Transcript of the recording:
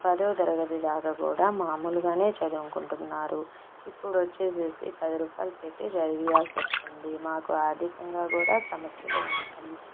పదో తరగతిదాకా కూడా మామూలుగానే చదుంకుంటున్నారు ఇప్పుడు వచ్చేసేసి పది రూపాయలు పెట్టి చదివించాల్సి వస్తుంది మాకు ఆర్థికంగా కూడా సమస్యలు ఉన్నాయి